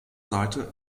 seite